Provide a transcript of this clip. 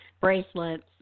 bracelets